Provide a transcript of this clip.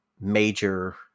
major